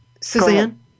Suzanne